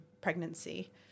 pregnancy